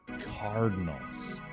Cardinals